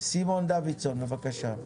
חבר הכנסת סימנון דוידסון, בבקשה.